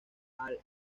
all